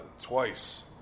twice